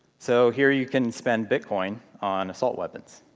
so, here you can spend bitcoin on assault weapons.